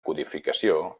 codificació